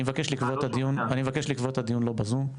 אני מבקש לקבוע את הדיון לא בזום.